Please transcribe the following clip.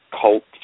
cult